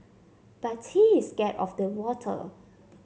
but he is scared of the water